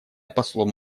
послом